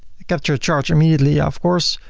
capture charge immediately of course,